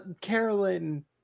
Carolyn